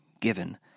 given